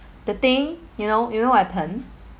the thing you know you know what happened